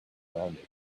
rounded